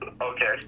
Okay